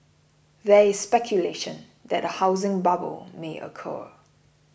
there is speculation that a housing bubble may occur